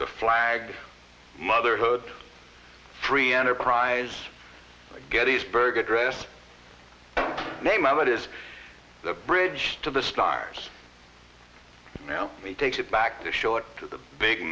the flag motherhood free enterprise gettysburg address the name of it is the bridge to the stars now we take it back to show it to the big